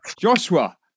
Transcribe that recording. Joshua